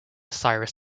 cyrus